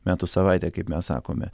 metų savaitę kaip mes sakome